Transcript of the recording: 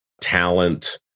talent